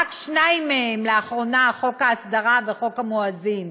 שניהם מהם, רק לאחרונה, חוק ההסדרה וחוק המואזין,